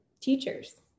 teachers